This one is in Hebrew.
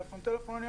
טלפון,